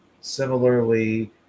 Similarly